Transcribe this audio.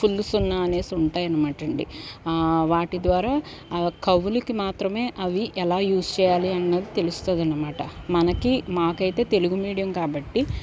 full సున్నా అనేసి ఉంటాయి అనమాట అండి వాటి ద్వారా కవులకి మాత్రమే అవి ఎలా యూజ్ చేయాలి అన్నది తెలుస్తుంది అనమాట మనకి మాకైతే తెలుగు మీడియం కాబట్టి